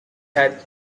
had